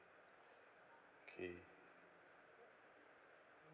K